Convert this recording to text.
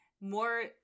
more